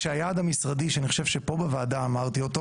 כשהיעד המשרדי אני חושב שפה בוועדה אמרתי אותו